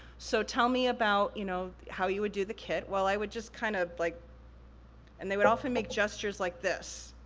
so, tell me about you know how you would do the kit? well, i would just kinda. kind of like and they would often make gestures like this,